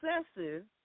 excessive